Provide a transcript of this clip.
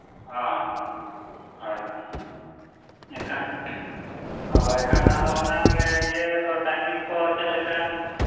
ᱦᱮᱸ ᱟᱪᱪᱷᱟ ᱮᱱᱠᱷᱟᱱ ᱦᱳᱭ ᱮᱱᱠᱷᱟᱱ ᱟᱫᱚ ᱚᱱᱟᱜᱮ ᱤᱭᱟᱹᱫᱚ ᱴᱟᱭᱢᱤᱝᱠᱚ ᱪᱮᱫᱞᱮᱠᱟ